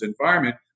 environment